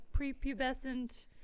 prepubescent